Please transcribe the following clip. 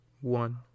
one